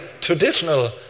traditional